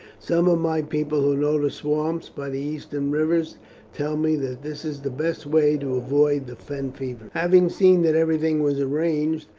some of my people who know the swamps by the eastern rivers tell me that this is the best way to avoid the fen fevers. having seen that everything was arranged,